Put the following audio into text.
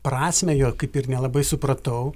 prasmę jo kaip ir nelabai supratau